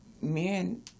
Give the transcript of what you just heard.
men